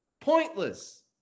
Pointless